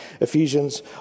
Ephesians